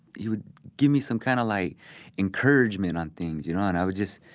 he would give me some kind of like encouragement on things, you know? and i would just,